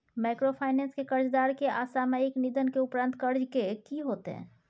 Microfinance के कर्जदार के असामयिक निधन के उपरांत कर्ज के की होतै?